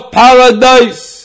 paradise